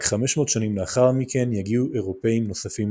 רק 500 שנים לאחר מכן יגיעו אירופאים נוספים נוספים ליבשת.